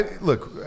look